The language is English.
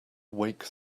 wake